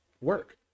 work